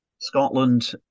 Scotland